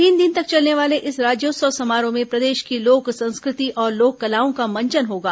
तीन दिन तक चलने वाले इस राज्योत्सव समारोह में प्रदेश की लोक संस्कृति और लोक कलाओं का मंचन होगा